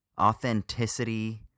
authenticity